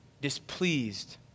displeased